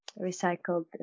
recycled